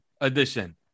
edition